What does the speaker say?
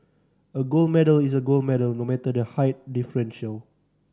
a gold medal is a gold medal no matter the height differential